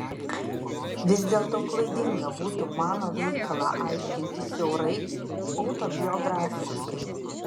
vis dėlto klaidinga būtų mano veikalą aiškinti siaurai autobiografiškai